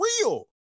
real